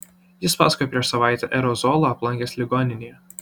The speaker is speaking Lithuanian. jis pasakojo prieš savaitę r ozolą aplankęs ligoninėje